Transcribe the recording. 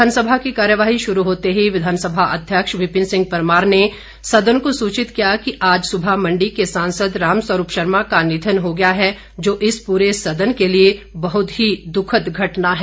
विधानसभा की कार्यवाही शुरू होते ही विधानसभा अध्यक्ष विपिन सिंह परमार ने सदन को सुचित किया कि आज सुबह मंडी के सांसद राम स्वरूप शर्मा का निधन हो गया है जो इस पूरे सदन के लिए बहुत ही दुखद घटना है